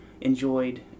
enjoyed